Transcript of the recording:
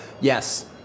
Yes